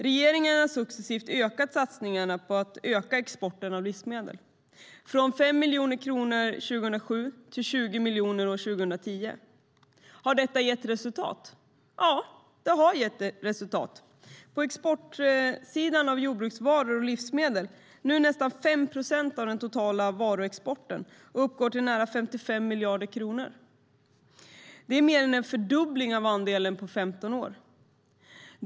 Regeringen har successivt ökat satsningarna på att öka exporten av livsmedel från 5 miljoner kronor år 2007 till 20 miljoner år 2010. Har detta gett resultat? Ja, det har gett resultat. På exportsidan är jordbruksvaror och livsmedel nu nästan 5 procent av den totala varuexporten och uppgår till nära 55 miljarder kronor. Det är mer än en fördubbling av andelen på 15 år.